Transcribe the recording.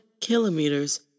kilometers